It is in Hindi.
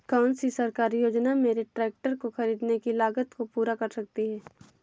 कौन सी सरकारी योजना मेरे ट्रैक्टर को ख़रीदने की लागत को पूरा कर सकती है?